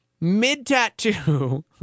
mid-tattoo